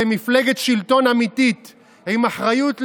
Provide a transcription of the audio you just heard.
כמפלגת שלטון אמיתית עם אחריות לאומית,